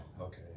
okay